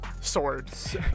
swords